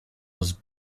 was